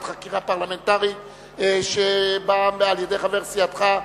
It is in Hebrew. חקירה פרלמנטרית שבאה על-ידי חבר סיעתך,